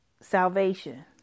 salvation